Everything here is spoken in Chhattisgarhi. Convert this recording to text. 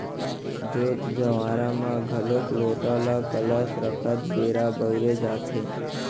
जोत जँवारा म घलोक लोटा ल कलस रखत बेरा बउरे जाथे